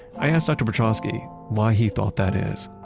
i asked dr. petroski why he thought that is